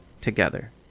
together